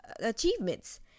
achievements